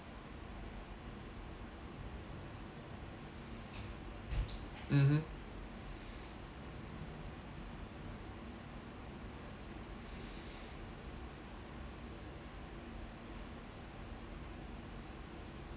mmhmm